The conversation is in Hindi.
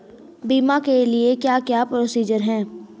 बीमा के लिए क्या क्या प्रोसीजर है?